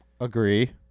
agree